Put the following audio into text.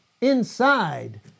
inside